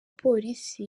polisi